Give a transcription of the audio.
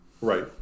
Right